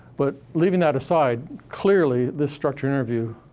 but leaving that aside, clearly, this structured interview,